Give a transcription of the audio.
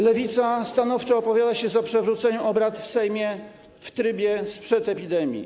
Lewica stanowczo opowiada się za przywróceniem obrad w Sejmie w trybie sprzed epidemii.